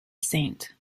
saint